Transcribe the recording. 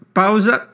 pausa